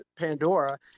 pandora